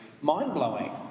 mind-blowing